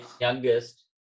youngest